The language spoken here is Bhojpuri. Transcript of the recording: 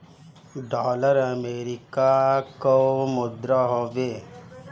डॉलर अमेरिका कअ मुद्रा हवे